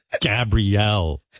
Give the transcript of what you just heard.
Gabrielle